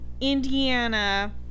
Indiana